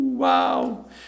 Wow